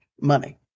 Money